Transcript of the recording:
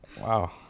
Wow